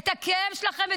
רואים את הכאב שלכם,